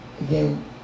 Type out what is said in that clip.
again